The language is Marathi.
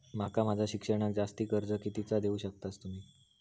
माका माझा शिक्षणाक जास्ती कर्ज कितीचा देऊ शकतास तुम्ही?